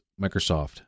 Microsoft